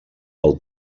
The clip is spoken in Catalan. del